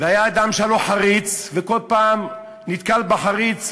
והיה אדם שהיה לו חריץ, וכל פעם נתקל בחריץ,